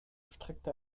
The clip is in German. strickte